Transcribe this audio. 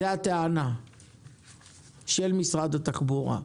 זו הטענה של משרד התחבורה.